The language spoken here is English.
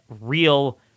real